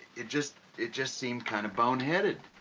it just it just seemed kind of boneheaded.